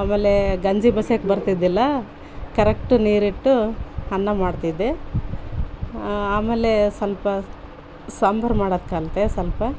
ಆಮೇಲೇ ಗಂಜಿ ಬಸಿಯೋಕ್ ಬರ್ತಿದ್ದಿಲ್ಲ ಕರೆಕ್ಟು ನೀರಿಟ್ಟು ಅನ್ನ ಮಾಡ್ತಿದ್ದೆ ಆಮೇಲೆ ಸ್ವಲ್ಪ ಸಾಂಬಾರು ಮಾಡೋದ್ ಕಲಿತೆ ಸ್ವಲ್ಪ